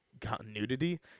continuity